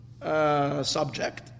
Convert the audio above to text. subject